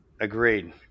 Agreed